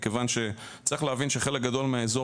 מכיוון שצריך להבין שחלק גדול מהאזור